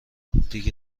دیگه